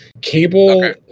Cable